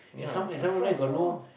and some and some of them got no